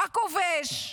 הכובש,